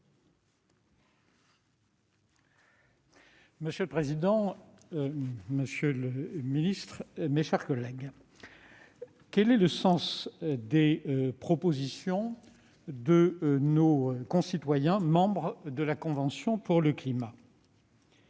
Monsieur le président, monsieur le garde des sceaux, mes chers collègues, quel est le sens des propositions de nos concitoyens membres de la Convention pour le climat ?